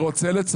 אני רוצה לציין.